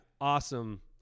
awesome